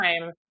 time